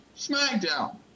SmackDown